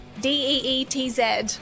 D-E-E-T-Z